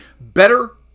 better